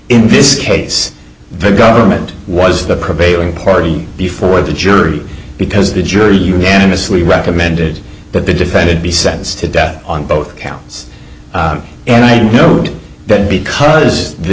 in this case the government was the prevailing party before the jury because the jury unanimously recommended but the defended be sentenced to death on both counts and i know that because the